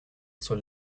zur